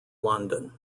london